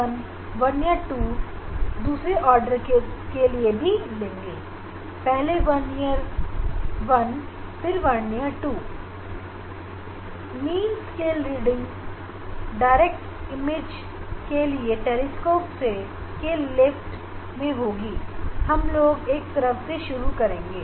हम रीडिंग को main scale vernier 1 और वर्नियर 2 से डिफ़्रैक्शन का कोण निकालने के लिए टेलीस्कोप की बाई ओर से लेना शुरू करें और ऐसा करते करते बाएं ओर से दूसरी तरफ चलेंगे